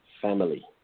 family